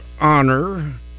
honor